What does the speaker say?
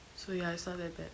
so ya it's not that bad